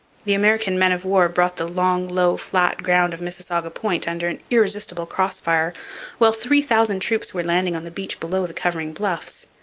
the american men-of-war brought the long, low, flat ground of mississauga point under an irresistible cross-fire while three thousand troops were landing on the beach below the covering bluffs.